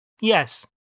yes